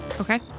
Okay